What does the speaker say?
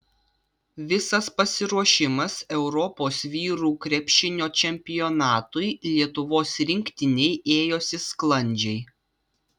visas pasiruošimas europos vyrų krepšinio čempionatui lietuvos rinktinei ėjosi sklandžiai